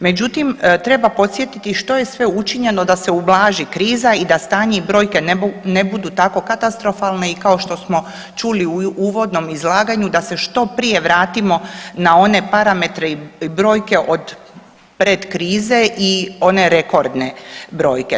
Međutim, treba podsjetiti što je sve učinjeno da se ublaži kriza i da stanje i brojne ne budu tako katastrofalne i kao što smo čuli u uvodnom izlaganju da se što prije vratimo na one parametre i brojke od pred krize i one rekordne brojke.